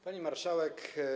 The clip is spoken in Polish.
Pani Marszałek!